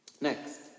Next